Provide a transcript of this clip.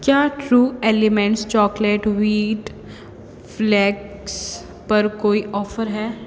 क्या True Elements chocolate wheat flakes पर कोई ऑफर है